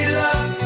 love